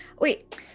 Wait